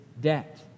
debt